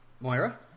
Moira